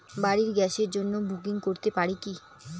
বাড়ির গ্যাসের জন্য বুকিং করতে পারি কি?